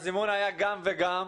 הזימון היה גם וגם.